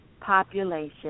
population